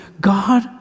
God